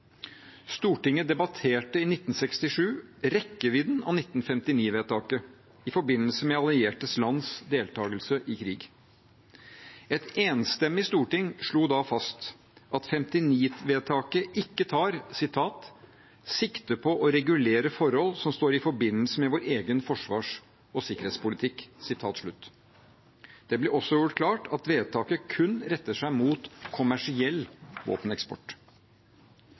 Stortinget debatterte i 1967 rekkevidden av 1959-vedtaket, i forbindelse med allierte lands deltakelse i krig. Et enstemmig storting slo da fast at 1959-vedtaket ikke tar «sikte på å regulere forhold som står i forbindelse med vår egen forsvars- og sikkerhetspolitikk». Det ble også gjort klart at vedtaket kun retter seg mot kommersiell våpeneksport.